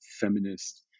feminist